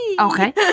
Okay